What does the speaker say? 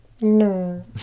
No